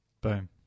boom